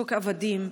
שוק עבדים,